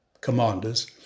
commanders